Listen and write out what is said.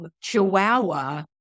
Chihuahua